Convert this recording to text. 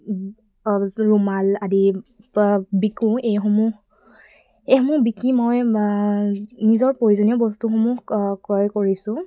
ৰুমাল আদি বিকোঁ এইসমূহ এইসমূহ বিকি মই নিজৰ প্ৰয়োজনীয় বস্তুসমূহ ক্ৰয় কৰিছোঁ